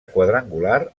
quadrangular